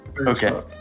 Okay